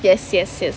yes yes yes